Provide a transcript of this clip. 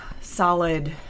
solid